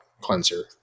cleanser